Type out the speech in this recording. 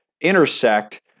intersect